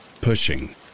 pushing